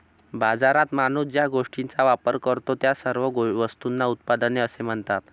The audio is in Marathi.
बाजारात माणूस ज्या गोष्टींचा वापर करतो, त्या सर्व वस्तूंना उत्पादने असे म्हणतात